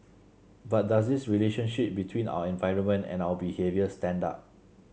but does this relationship between our environment and our behaviour stand up